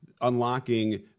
unlocking